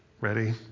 Ready